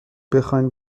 بخواین